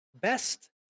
best